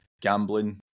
gambling